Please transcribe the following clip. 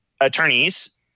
attorneys